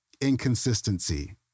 inconsistency